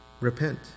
repent